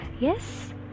yes